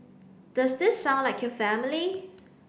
does this sound like your family